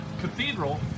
Cathedral